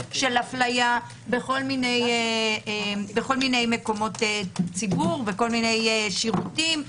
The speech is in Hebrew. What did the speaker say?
של אפליה בכל מיני מקומות ציבור ובכל מיני שירותים.